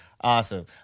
Awesome